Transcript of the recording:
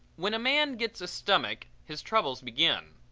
when a man gets a stomach his troubles begin.